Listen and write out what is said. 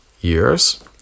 years